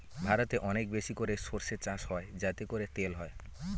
ভারতে অনেক বেশি করে সর্ষে চাষ হয় যাতে করে তেল হয়